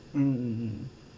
mm mm mm